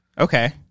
Okay